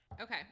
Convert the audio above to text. Okay